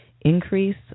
increase